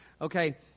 okay